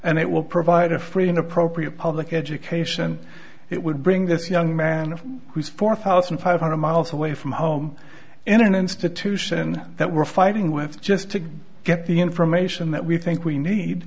and it will provide a free an appropriate public education it would bring this young man who's four thousand five hundred miles away from home in an institution that we're fighting with just to get the information that we think we need